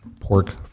pork